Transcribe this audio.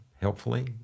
helpfully